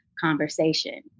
conversation